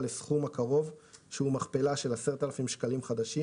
לסכום הקרוב שהוא מכפלה של 10,000 שקלים חדשים.